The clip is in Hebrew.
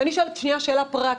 ואני שואלת שנייה שאלה פרקטית: